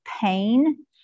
pain